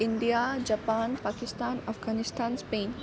India Japan Pakistan Afghanistan Spain